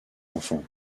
enfants